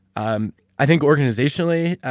um i think organizationally,